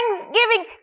Thanksgiving